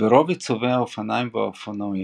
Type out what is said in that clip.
ברוב עיצובי האופניים והאופנועים,